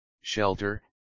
shelter